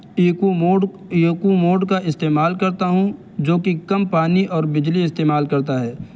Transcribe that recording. eco mode eco mode کا استعمال کرتا ہوں جو کہ کم پانی اور بجلی استعمال کرتا ہے